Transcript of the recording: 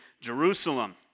Jerusalem